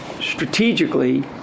strategically